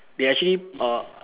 they actually uh